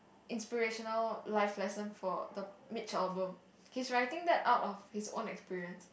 inspirational life lesson for the Mitch-Albom he's writing that out of his own experience